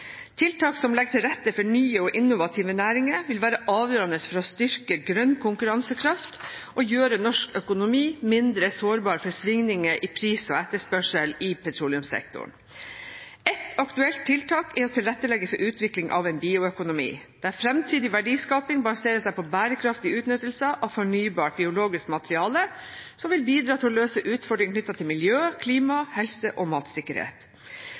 Tiltak som legger til rette for nye og innovative næringer, vil være avgjørende for å styrke grønn konkurransekraft og gjøre norsk økonomi mindre sårbar for svingninger i pris og etterspørsel i petroleumssektoren. Et aktuelt tiltak er å tilrettelegge for utvikling av en bioøkonomi, der fremtidig verdiskaping baserer seg på bærekraftig utnyttelse av fornybart biologisk materiale, som vil bidra til å løse utfordringer knyttet til miljø, klima, helse og matsikkerhet.